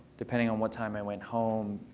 depending on what time i went home.